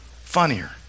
funnier